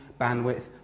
bandwidth